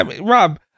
Rob